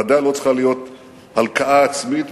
ודאי לא צריכה להיות הלקאה עצמית,